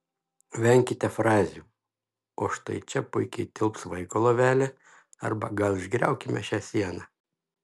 venkite frazių o štai čia puikiai tilps vaiko lovelė arba gal išgriaukime šią sieną